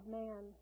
man